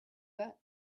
that